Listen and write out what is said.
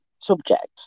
subject